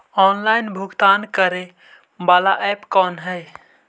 Online भुगतान करे बाला ऐप कौन है?